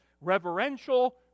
reverential